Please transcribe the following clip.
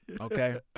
Okay